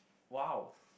!wow!